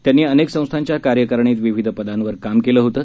त्यांनी अनेक संस्थांच्या कार्यकारिणीत विविध पदांवर काम केलं होतं